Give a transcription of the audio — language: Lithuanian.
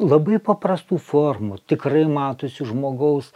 labai paprastų formų tikrai matosi žmogaus